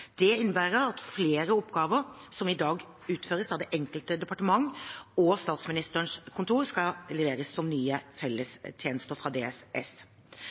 Det innebærer at flere oppgaver som i dag utføres av det enkelte departement og Statsministerens kontor, skal leveres som nye fellestjenester fra DSS.